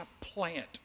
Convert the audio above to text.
plant